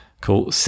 Cool